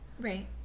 right